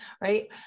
Right